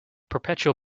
perpetual